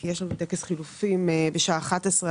כי יש לנו טקס חילופים בשעה 11:00,